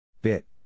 Bit